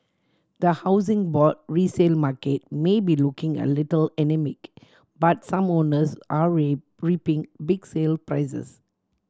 the Housing Board resale market may be looking a little anaemic but some owners are reaping big sale prices